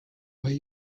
where